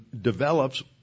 develops